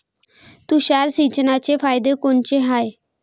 तुषार सिंचनाचे फायदे कोनचे हाये?